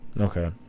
Okay